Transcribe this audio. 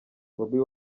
bobi